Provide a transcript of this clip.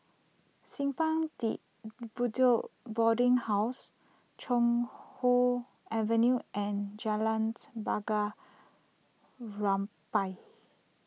Simpang De Bedok Boarding House Chuan Hoe Avenue and Jalans Bunga Rampai